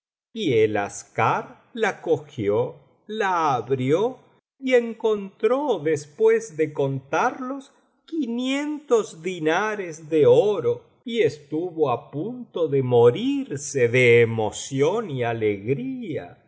y el ascliar la cogió la abrió y encontró después de contarlos quinientos dinares de oro y estuvo á punto de morirse de emoción y alegría